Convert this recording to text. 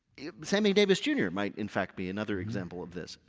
sammy davis, jr, might in fact be another example of this,